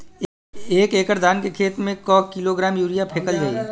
एक एकड़ धान के खेत में क किलोग्राम यूरिया फैकल जाई?